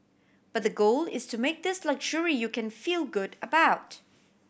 but the goal is to make this luxury you can feel good about